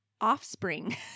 offspring